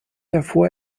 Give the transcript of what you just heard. erfuhr